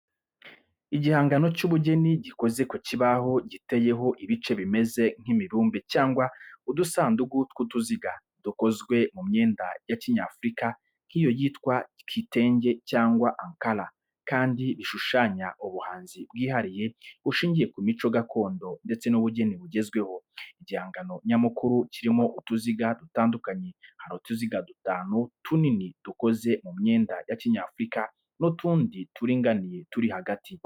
Igihangano cy’ubugeni gikoze ku kibaho giteyeho ibice bimeze nk’imibumbe cyangwa udusanduku tw’uduziga, dukozwe mu myenda ya kinyafurika nk’iyo yitwa kitenge cyangwa ankara kandi bishushanya ubuhanzi bwihariye bushingiye ku mico gakondo ndetse n’ubugeni bugezweho. Igihangano nyamukuru kirimo utuziga dutandukanye: hari utuziga dutanu tunini dukoze mu myenda ya kinyafurika, n’utundi turinganiye turi hagati.